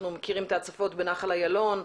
אנחנו מכירים את ההצפות בנחל אילון.